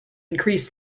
increase